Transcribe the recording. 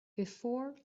before